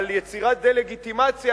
על יצירת דה-לגיטימציה,